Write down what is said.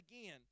again